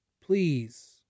Please